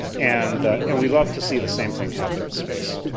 and and we'd love to see the same thing happen in space.